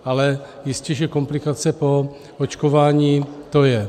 Ale jistě že komplikace po očkování to je.